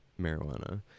marijuana